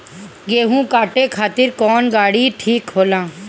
गेहूं काटे खातिर कौन गाड़ी ठीक होला?